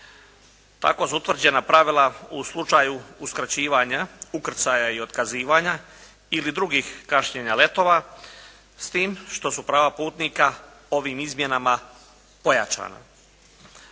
Tako su utvrđena pravila u slučaju uskraćivanja ukrcaja i otkazivanja ili drugih kašnjenja letova s tim što su prava putnika ovim izmjenama pojačana.